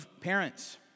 parents